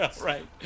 Right